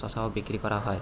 শসাও বিক্রি করা হয়